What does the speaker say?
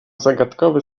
zagadkowy